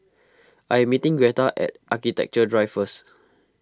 I am meeting Gretta at Architecture Drive first